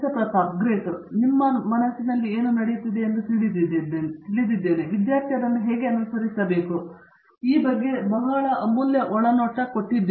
ಪ್ರತಾಪ್ ಹರಿಡೋಸ್ ಗ್ರೇಟ್ ನಾನು ನಿಮ್ಮ ಮನಸ್ಸಿನಲ್ಲಿ ಏನು ನಡೆಯುತ್ತಿದೆ ಎಂದು ತಿಳಿದಿರುವ ಮತ್ತು ವಿದ್ಯಾರ್ಥಿ ಹೇಗೆ ಅದನ್ನು ಅನುಸರಿಸಬೇಕು ಎಂಬುದರ ಬಗ್ಗೆ ಬಹಳ ಅಮೂಲ್ಯ ಒಳನೋಟ ಎಂದು ನಾನು ಭಾವಿಸುತ್ತೇನೆ